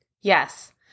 Yes